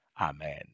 Amen